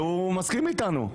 והוא מסכים איתנו.